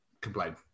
complain